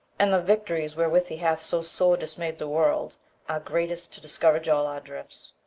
and the victories wherewith he hath so sore dismay'd the world are greatest to discourage all our drifts